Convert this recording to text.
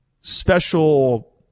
special